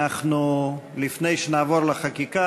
לפני שנעבור לחקיקה,